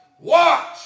Watch